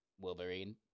Wolverine